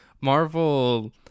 Marvel